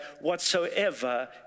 whatsoever